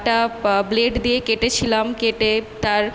একটা ব্লেড দিয়ে কেটেছিলাম কেটে তার